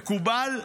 מקובל,